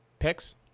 Picks